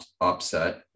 upset